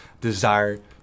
desire